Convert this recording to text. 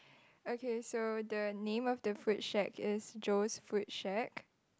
okay so the name of the food shack is Joe's food shack